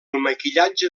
maquillatge